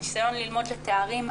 ניסיון ללמוד לתארים,